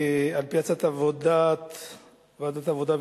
על-פי הצעת ועדת העבודה,